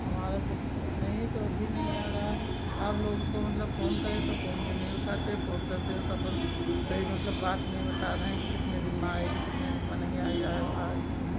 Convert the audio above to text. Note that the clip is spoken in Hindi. हमारा सब नहीं तो अभी नहीं आ रहा आप लोगों को मतलब फ़ोन करें तो फ़ोन भी नहीं उठाते फ़ोन करते हैं तो अपन सही मतलब बात नहीं बता रहे हैं कि कितने दिन में आएगी कितने दिन में नहीं आई आएगी जो है